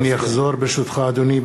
אני אחזור, ברשותך, אדוני.